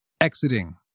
exiting